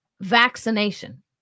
vaccination